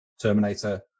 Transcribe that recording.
Terminator